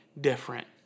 different